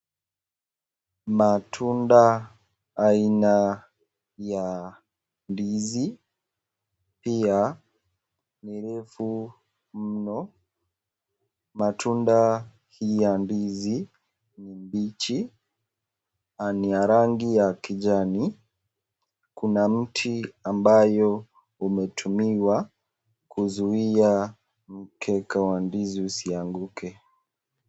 Matunda aina ya ndizi, pia ni refu mno. Matunda hii ya ndizi ni mbichi na ni ya rangi ya kijani, kuna mti ambayo umetumiwa kuzuiya mkeka wa ndizi usianguke.